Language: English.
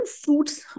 fruits